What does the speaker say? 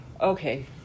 Okay